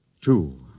Two